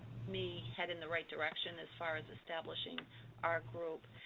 me head in the right direction as far as establishing our group.